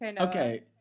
Okay